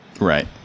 right